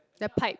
the pipe